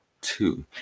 two